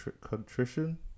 contrition